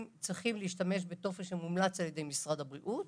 צריכים להשתמש בטופס שמומלץ על-ידי משרד הבריאות